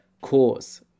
cause